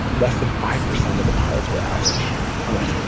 less than five percent of the pilots were average on those.